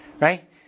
right